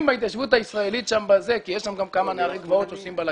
בהתיישבות הישראלית כי יש שם גם כמה נערי גבעות שעושים בלגן.